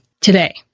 today